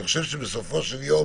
אני חושב שבסופו של יום